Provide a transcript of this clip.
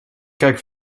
kijk